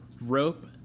rope